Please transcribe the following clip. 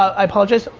i apologize,